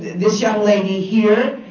this young lady here,